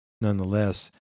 nonetheless